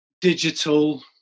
digital